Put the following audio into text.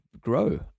grow